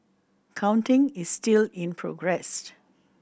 counting is still in progress